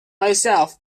myself